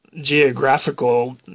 geographical